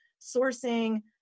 sourcing